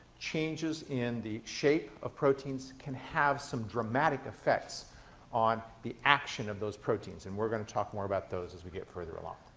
changes in the shape of proteins can have some dramatic effects on the action of those proteins, and we're going to talk more about those as we get further along.